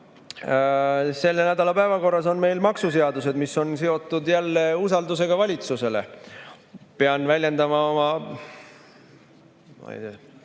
selle nädala päevakorras on meil maksuseadused, mis on seotud jälle usaldusega valitsuse vastu. Pean väljendama oma,